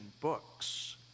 books